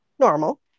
normal